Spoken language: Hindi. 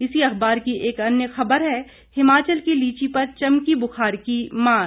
इसी अखबार की एक अन्य खबर है हिमाचल की लीची पर चमकी बुखार की मार